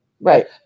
Right